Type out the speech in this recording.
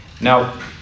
Now